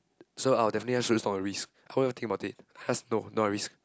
so I'll definitely not a risk how I won't even think about it just no not a risk